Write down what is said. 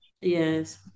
yes